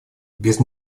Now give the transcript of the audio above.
без